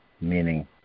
meaning